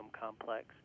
complex